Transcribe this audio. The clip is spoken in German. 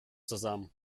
zusammen